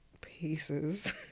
pieces